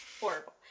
horrible